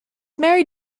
married